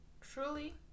truly